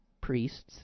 priests